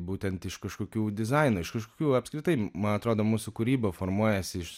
būtent iš kažkokių dizaino iš kažkokių apskritai man atrodo mūsų kūryba formuojasi iš